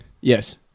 Yes